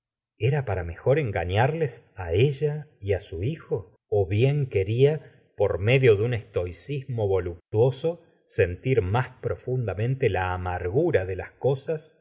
era para mejor engañarles á ella y á su hijo ó bien quería por medio de un estoicismo voluptuoso sentir más profundamente la amargura de las cosas